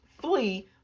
flee